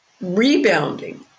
rebounding